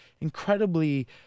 incredibly